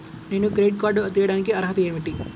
నేను credit card తీయడానికి అర్హత ఏమిటి?